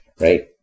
Right